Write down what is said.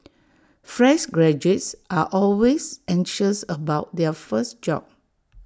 fresh graduates are always anxious about their first job